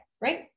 right